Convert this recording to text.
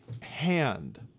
hand